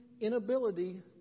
inability